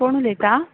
कोण उलयता